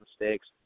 mistakes